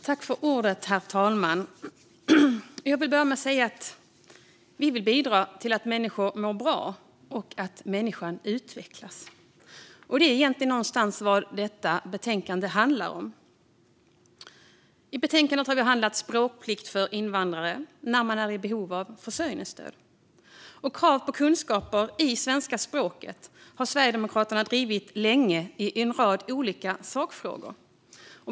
Herr talman! Jag vill börja med att säga att vi vill bidra till att människor mår bra och utvecklas. Och det är egentligen vad detta betänkande handlar om. I betänkandet har vi behandlat frågan om språkplikt för invandrare när de är i behov av försörjningsstöd. Krav på kunskap i svenska språket har Sverigedemokraterna drivit länge i en rad olika sakfrågor.